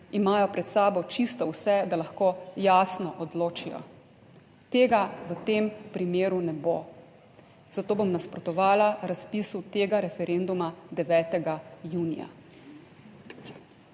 imajo pred sabo čisto vse, da lahko jasno odločijo. Tega v tem primeru ne bo, zato bom nasprotovala razpisu tega referenduma 9. junija.